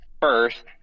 first